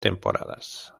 temporadas